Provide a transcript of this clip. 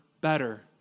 better